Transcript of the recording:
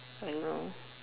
I know